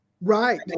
Right